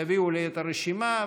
יביאו לי את הרשימה,